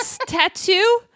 tattoo